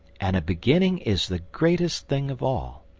and a beginning is the greatest thing of all.